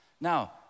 Now